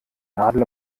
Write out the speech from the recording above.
nadel